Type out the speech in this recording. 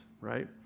right